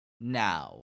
now